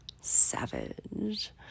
savage